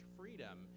freedom